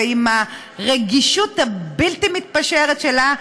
עם הרגישות הבלתי-מתפשרת שלה,